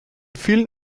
vielen